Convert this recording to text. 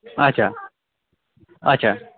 اَچھا اَچھا